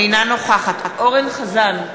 אינה נוכחת אורן אסף חזן,